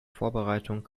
vorbereitung